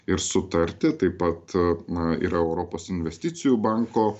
ir sutarti taip pat na ir europos investicijų banko